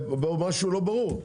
משהו לא ברור.